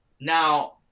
Now